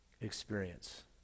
experience